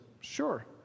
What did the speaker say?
sure